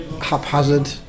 haphazard